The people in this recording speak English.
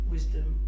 wisdom